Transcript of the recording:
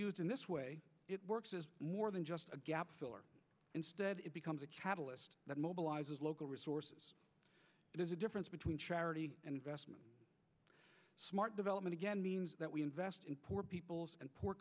used in this way it works is more than just a gap filler instead it becomes a catalyst that mobilizes local resources there's a difference between charity and investment smart development again means that we invest in poor people and poor